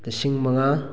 ꯂꯤꯁꯤꯡ ꯃꯉꯥ